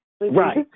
Right